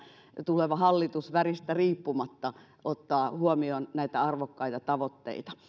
tuleva hallitus väristä riippumatta ottaa huomioon näitä arvokkaita tavoitteita